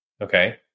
Okay